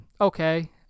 okay